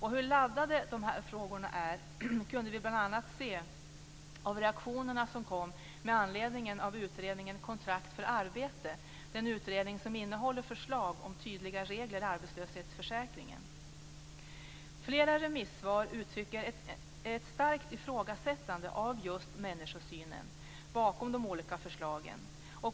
Hur laddade de här frågorna är kunde vi bl.a. se av de reaktioner som kom med anledning av utredningen I flera remissvar uttrycks ett starkt ifrågasättande av just människosynen bakom de olika förslagen.